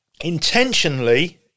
intentionally